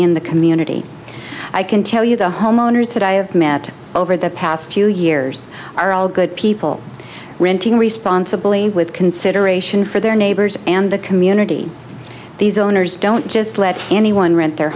in the community i can tell you the homeowners that i have met over the past few years are all good people renting responsible with consideration for their neighbors and the community these owners don't just let anyone rent their